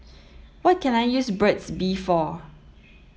what can I use Burt's bee for